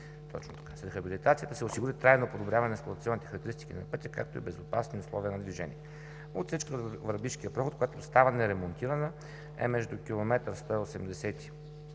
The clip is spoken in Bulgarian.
Върбица. С рехабилитацията се осигури трайно подобряване на експлоатационните характеристики на пътя, както и безопасни условия на движение. Отсечката до Върбишкия проход, която е стара и не ремонтирана, е между километър